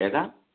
ഏതാണ്